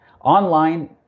Online